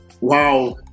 Wow